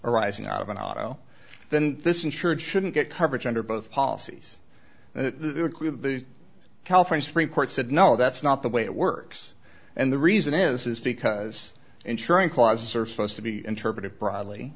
arising out of an auto then this insured shouldn't get coverage under both policies and the california supreme court said no that's not the way it works and the reason is is because insuring clauses are supposed to be interpreted broadl